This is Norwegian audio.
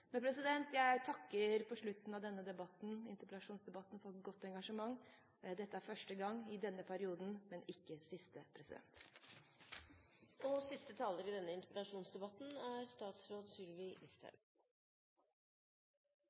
Jeg takker på slutten av denne interpellasjonsdebatten for godt engasjement. Dette er første gang i denne perioden, men ikke siste. Takk for en god debatt. Jeg må si at jeg ikke kjenner meg igjen i